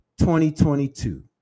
2022